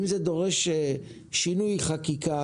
אם זה דורש שינוי חקיקה,